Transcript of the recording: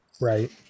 Right